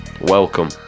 welcome